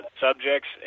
subjects